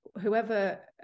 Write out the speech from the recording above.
whoever